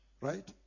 right